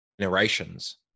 generations